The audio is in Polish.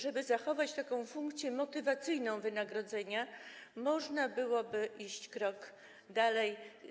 Żeby zachować funkcję motywacyjną wynagrodzenia, można byłoby iść krok dalej.